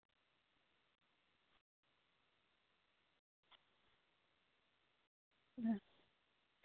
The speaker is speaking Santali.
ᱦᱮᱸ